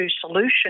solution